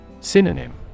Synonym